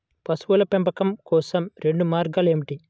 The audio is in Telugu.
పశువుల పెంపకం కోసం రెండు మార్గాలు ఏమిటీ?